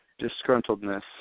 disgruntledness